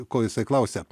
ko jisai klausia